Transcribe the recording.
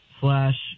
slash